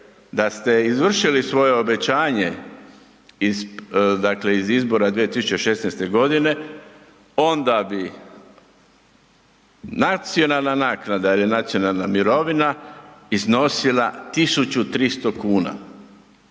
da ste izvršili svoje obećanje iz izbora 2016.godine onda bi nacionalna naknada ili nacionalna mirovina iznosila 1.300 kuna.